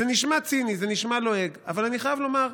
זה נשמע ציני, זה נשמע לועג, אבל אני חייב לומר,